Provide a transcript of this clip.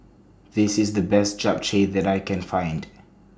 This IS The Best Japchae that I Can Find